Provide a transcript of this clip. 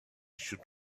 should